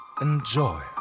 Enjoy